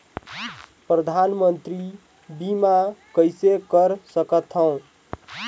परधानमंतरी बीमा कइसे कर सकथव?